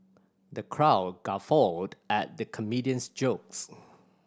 the crowd guffawed at the comedian's jokes